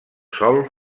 sol